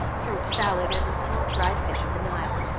fruit, salad, and the small dried fish of the nile.